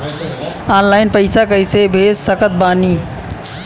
Online पैसा कैसे भेज सकत बानी?